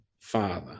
Father